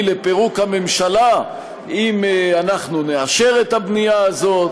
לפירוק הממשלה אם אנחנו נאשר את הבנייה הזאת,